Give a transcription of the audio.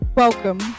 Welcome